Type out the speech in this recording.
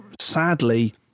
sadly